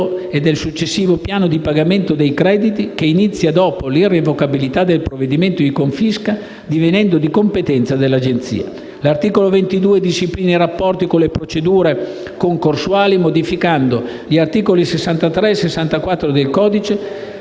e del successivo piano di pagamento dei crediti che inizia dopo l'irrevocabilità del provvedimento di confisca, divenendo di competenza dell'Agenzia. L'articolo 22 disciplina i rapporti con le procedure concorsuali, modificando gli articoli 63 e 64 del codice